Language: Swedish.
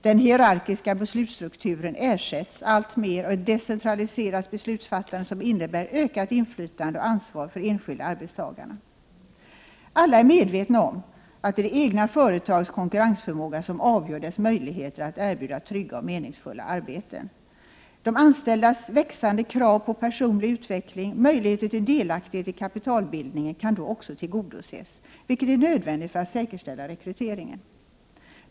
Den hierarkiska beslutsstrukturen ersätts alltmer av ett decentraliserat beslutsfattande, som innebär ökat inflytande och ansvar för de enskilda arbetstagarna. Alla är medvetna om att det är det egna företagets konkurrensförmåga som avgör dess möjligheter att erbjuda trygga och meningsfulla arbeten. De anställdas växande krav på personlig utveckling och möjligheter till delaktighet i kapitalbildningen kan då också tillgodoses, vilket är nödvändigt för att säkerställa rekryteringen.